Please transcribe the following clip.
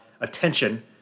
attention